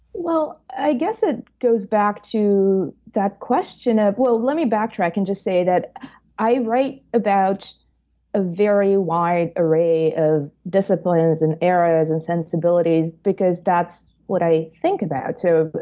well, i guess, it goes back to that question of well, let me backtrack and just say that i write about a very wide array of disciplines, and eras, and sensibilities because that's what i think about. so,